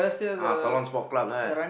ah salon sport club there